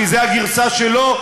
כי זו הגרסה שלו,